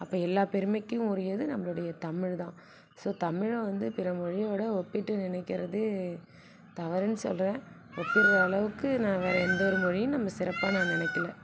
அப்போ எல்லா பெருமைக்கும் உரியது நம்மளுடைய தமிழ் தான் ஸோ தமிழ வந்து பிற மொழியோடு ஒப்பிட்டு நினைக்கிறது தவறுன்னு சொல்கிறேன் ஒப்பிடுகிற அளவுக்கு நான் வேறு எந்த ஒரு மொழியையும் நம்ம சிறப்பாக நான் நினைக்கல